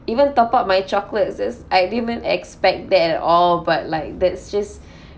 even top up my chocolates just I didn't even expect that at all but like that's just